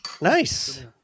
Nice